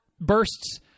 bursts